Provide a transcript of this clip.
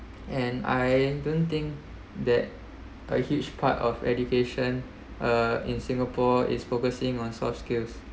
and I don't think that a huge part of education uh in singapore is focusing on soft skills